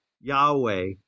Yahweh